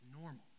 normal